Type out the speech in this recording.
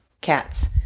cats